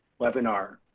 webinar